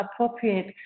appropriate